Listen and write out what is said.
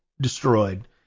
destroyed